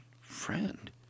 friend